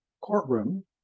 courtroom